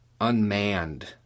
unmanned